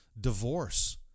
divorce